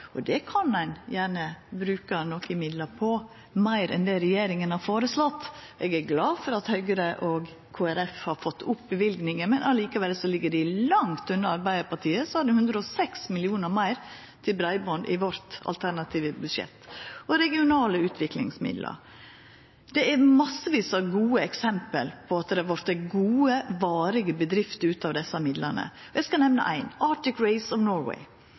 breibandssatsinga. Det kan ein gjerne bruka nokre midlar på, meir enn det regjeringa har føreslått. Eg er glad for at Høgre og Kristeleg Folkeparti har fått opp løyvinga, men likevel ligg dei langt unna Arbeidarpartiet, som hadde 106 mill. kr meir til breiband i vårt alternative budsjett. Regionale utviklingsmidlar: Det er massevis av gode eksempel på at det har vorte gode, varige bedrifter ut av desse midlane. Eg skal